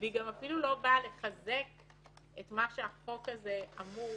והיא גם אפילו לא באה לחזק את מה שהחוק הזה אמור